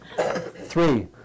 Three